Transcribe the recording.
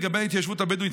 לגבי ההתיישבות הבדואית,